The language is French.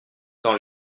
dans